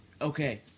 Okay